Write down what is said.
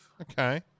okay